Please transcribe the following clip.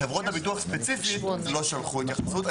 חברות הביטוח ספציפית לא שלחו התייחסות.